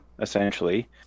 essentially